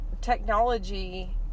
technology